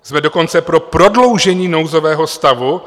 Jsme dokonce pro prodloužení nouzového stavu.